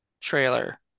Trailer